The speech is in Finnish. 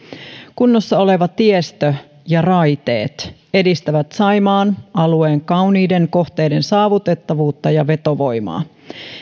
kunnossa oleva tiestö ja raiteet edistävät saimaan alueen kauniiden kohteiden saavutettavuutta ja vetovoimaa